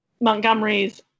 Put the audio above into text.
Montgomery's